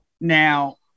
Now